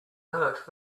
hurt